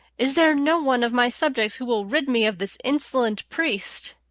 is there no one of my subjects who will rid me of this insolent priest?